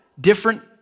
different